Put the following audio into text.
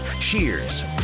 Cheers